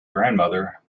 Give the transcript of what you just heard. grandmother